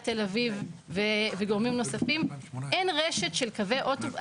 תל-אביב וגורמים נוספים זה שאין רשת של קווי אוטובוס.